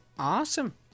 Awesome